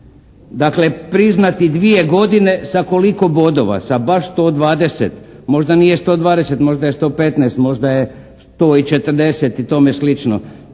Dakle priznati dvije godine sa koliko bodova? Sa baš 120? Možda nije 120, možda je 115, možda je 140 i tome slično.